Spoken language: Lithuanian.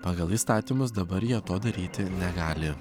pagal įstatymus dabar jie to daryti negali